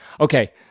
Okay